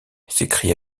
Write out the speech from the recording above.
s’écria